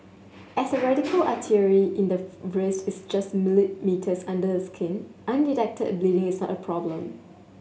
as the radial artery in the wrist is just millimetres under the skin undetected bleeding is a problem